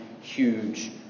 huge